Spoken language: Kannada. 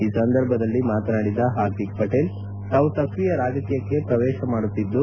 ಈ ಸಂದರ್ಭದಲ್ಲಿ ಮಾತನಾಡಿದ ಹಾರ್ದಿಕ್ ಪಟೇಲ್ ತಾವು ಸಕ್ರಿಯ ರಾಜಕೀಯಕ್ಷೆ ಶ್ರವೇಶ ಮಾಡುತ್ತಿದ್ಲು